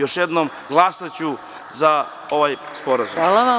Još jednom, glasaću za ovaj sporazum.